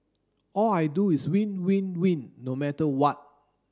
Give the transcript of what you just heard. all I do is win win win no matter what